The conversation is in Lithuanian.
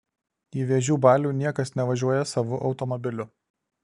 į vėžių balių niekas nevažiuoja savu automobiliu